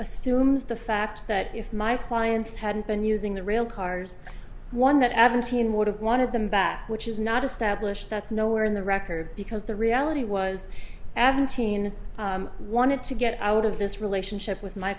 assumes the fact that if my clients hadn't been using the railcars one that adams heene would have wanted them back which is not established that's nowhere in the record because the reality was adam teen wanted to get out of this relationship with my